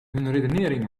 redenering